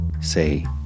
say